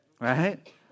Right